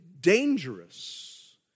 dangerous